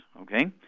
okay